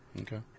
Okay